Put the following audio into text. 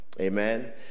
Amen